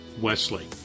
Wesley